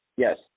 Yes